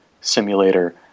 simulator